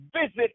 Visit